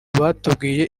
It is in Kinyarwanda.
batubwiye